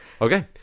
Okay